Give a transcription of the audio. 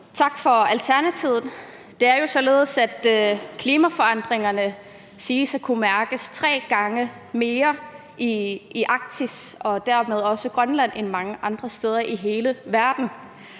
Tak til Alternativet. Det er jo således, at klimaforandringerne siges at kunne mærkes tre gange mere i Arktis og dermed også Grønland end mange andre steder i hele verden.